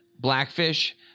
Blackfish